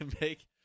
make